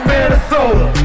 Minnesota